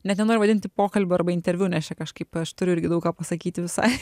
net nenoriu vadinti pokalbiu arba interviu nes čia kažkaip aš turiu irgi daug ką pasakyti visai